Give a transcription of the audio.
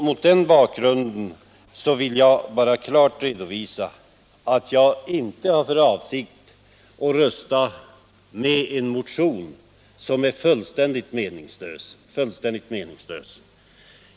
Mot den bakgrunden vill jag bara klart redovisa att jag inte har för avsikt att rösta med en motion som är fullständigt meningslös.